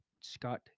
scott